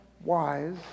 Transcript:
wise